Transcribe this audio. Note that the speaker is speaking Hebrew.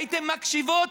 הייתן מקשיבות,